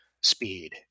speed